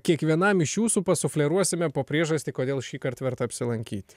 kiekvienam iš jūsų pasufleruosime po priežastį kodėl šįkart verta apsilankyti